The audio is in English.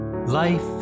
Life